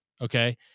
okay